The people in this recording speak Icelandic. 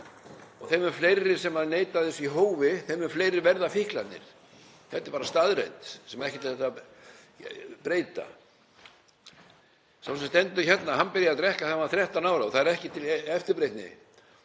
Þeim mun fleiri sem neyta þess í hófi, þeim mun fleiri verða fíklarnir. Þetta er bara staðreynd sem ekkert er hægt að breyta. Sá sem stendur hérna byrjaði að drekka þegar hann var 13 ára og það er ekki til eftirbreytni.